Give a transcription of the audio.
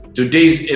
today's